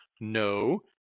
no